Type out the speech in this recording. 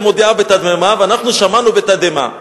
ממשלת ישראל מודיעה בתדהמה, ואנחנו שמענו בתדהמה,